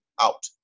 out